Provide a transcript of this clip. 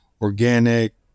organic